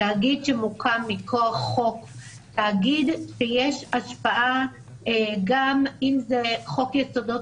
תאגיד שמוקם מכוח חוק ויש השפעה אם זה חוק יסודות